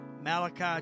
Malachi